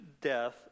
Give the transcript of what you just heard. death